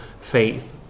faith